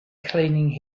cleaning